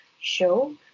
show